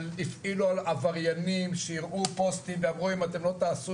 הפעילו על עבריינים שהראו פוסטים ואמרו 'אם אתם לא תעשו